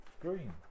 green